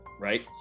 right